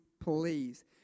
please